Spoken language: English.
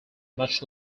much